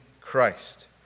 Christ